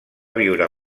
viure